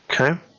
Okay